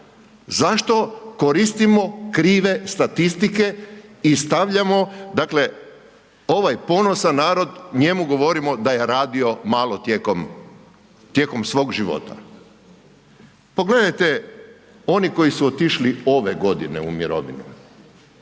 Zašto koristimo krive statistike i stavljamo ovaj ponosan narod, njemu govorimo da je radio malo tijekom svog života? Pogledajte oni koji su otišli ove godine u mirovinu.